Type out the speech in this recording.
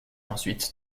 ensuite